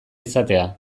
izatea